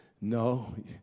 No